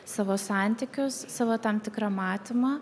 savo santykius savo tam tikrą matymą